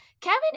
Kevin